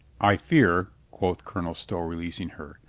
i fear, quoth colonel stow, releasing her,